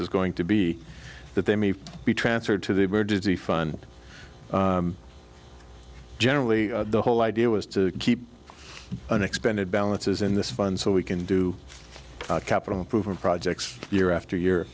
is going to be that they may be transferred to the emergency fund generally the whole idea was to keep unexpended balances in this fund so we can do capital improvement projects year after year